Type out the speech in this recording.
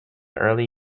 early